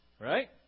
Right